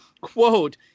quote